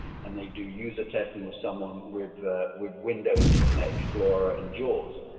and they do user testing with someone with with windows internet explorer and jaws.